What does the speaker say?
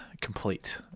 complete